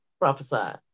prophesied